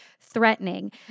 threatening